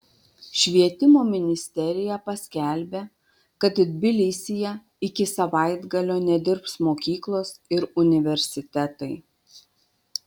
švietimo ministerija paskelbė kad tbilisyje iki savaitgalio nedirbs mokyklos ir universitetai